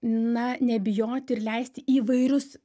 na nebijoti ir leisti įvairius